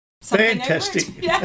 Fantastic